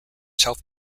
self